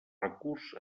recurs